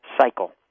cycle